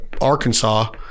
Arkansas